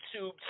YouTube